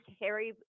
Harry